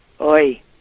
Oi